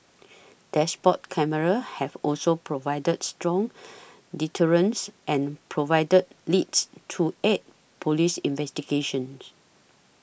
dashboard cameras have also provided strong deterrence and provided leads to aid police investigations